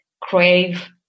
crave